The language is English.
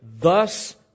Thus